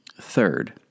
Third